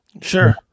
sure